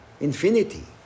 infinity